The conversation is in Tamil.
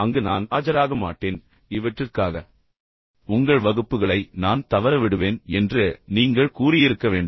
அங்கு நான் ஆஜராக மாட்டேன் அல்லது இவற்றிற்காக உங்கள் வகுப்புகளை நான் தவறவிடுவேன் என்று நீங்கள் கூறியிருக்க வேண்டும்